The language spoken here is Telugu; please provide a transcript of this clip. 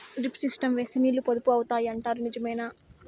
డ్రిప్ సిస్టం వేస్తే నీళ్లు పొదుపు అవుతాయి అంటారు నిజమేనా?